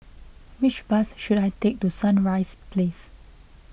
which bus should I take to Sunrise Place